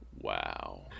Wow